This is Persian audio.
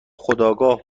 خودآگاه